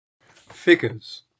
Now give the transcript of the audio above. Figures